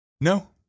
No